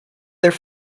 their